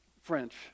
French